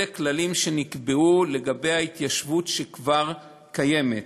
אלה כללים שנקבעו לגבי ההתיישבות שכבר קיימת.